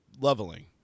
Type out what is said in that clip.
leveling